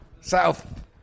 South